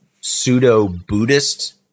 pseudo-Buddhist